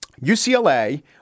UCLA